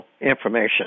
information